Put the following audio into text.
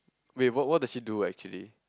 wait what what does she do actually